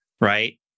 right